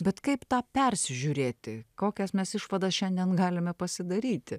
bet kaip tą persižiūrėti kokias mes išvadas šiandien galime pasidaryti